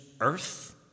earth